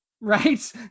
Right